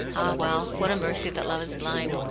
well, what a mercy that love is blind!